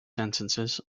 sentences